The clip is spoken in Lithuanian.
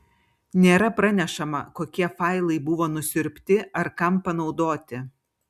nėra pranešama kokie failai buvo nusiurbti ar kam panaudoti